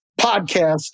podcast